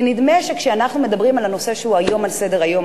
כי נדמה שכשאנחנו מדברים על הנושא שהוא היום על סדר-היום,